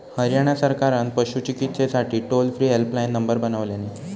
हरयाणा सरकारान पशू चिकित्सेसाठी टोल फ्री हेल्पलाईन नंबर बनवल्यानी